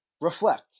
reflect